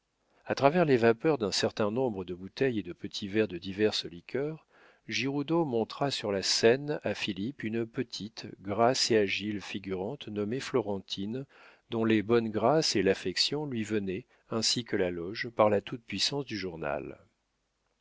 a travers les vapeurs d'un certain nombre de bouteilles et de petits verres de diverses liqueurs giroudeau montra sur la scène à philippe une petite grasse et agile figurante nommée florentine dont les bonnes grâces et l'affection lui venaient ainsi que la loge par la toute-puissance du journal